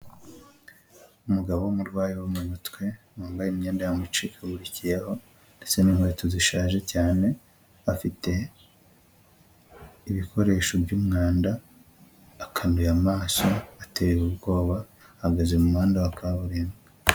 Umugabo w'umurwayi wo mu mutwe, wambaye imyenda yamucikagurikiyeho ndetse n'inkweto zishaje cyane, afite ibikoresho by'umwanda, akanuye amaso, ateye ubwoba, ahagaze mu muhanda wa kaburimbo.